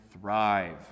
thrive